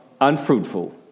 unfruitful